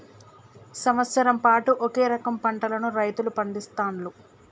సంవత్సరం పాటు ఒకే రకం పంటలను రైతులు పండిస్తాండ్లు